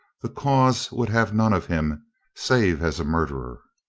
the cause would have none of him save as a murderer.